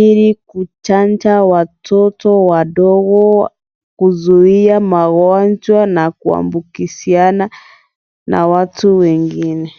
Ili kuchanja watoto wadogo kuzuia magonjwa na kuambukiziana na watu wengine.